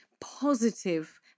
positive